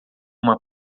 uma